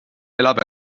elab